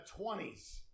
20s